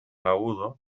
agudos